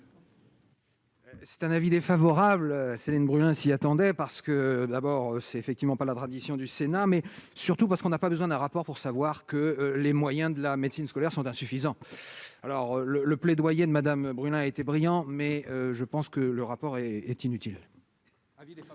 C'est un avis défavorable, Céline Brulin s'y attendait, parce que d'abord c'est effectivement pas la tradition du Sénat mais surtout parce qu'on n'a pas besoin d'un rapport pour savoir que les moyens de la médecine scolaire sont insuffisants, alors le le plaidoyer de Madame Brunet a été brillant mais je pense que le rapport est est inutile. Avis défavorable.